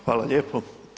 Hvala lijepo.